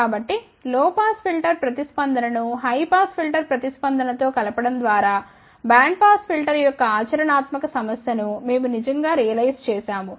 కాబట్టి low pass filter ప్రతిస్పందన ను హై పాస్ ఫిల్టర్ ప్రతిస్పందన తో కలపడం ద్వారా బ్యాండ్ పాస్ ఫిల్టర్ యొక్క ఆచరణాత్మక సమస్య ను మేము నిజంగా రియలైజ్ చేశాము